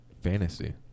fantasy